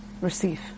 receive